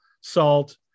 salt